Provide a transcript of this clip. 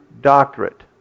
doctorate